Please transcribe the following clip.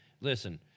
Listen